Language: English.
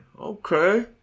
okay